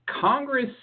Congress